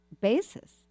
basis